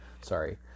sorry